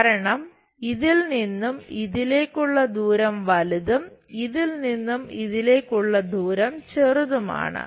കാരണം ഇതിൽ നിന്ന് ഇതിലേക്കുള്ള ദൂരം വലുതും ഇതിൽ നിന്ന് ഇതിലേക്കുള്ള ദൂരം ചെറുതും ആണ്